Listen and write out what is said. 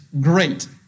great